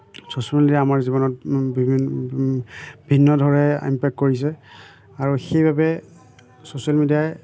social media আমাৰ জীৱনত বি ভিন্ন ধৰে ইমপেক্ট কৰিছে আৰু সেইবাবে ছ'চিয়েল মিডিয়াই